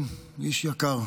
כן, איש יקר.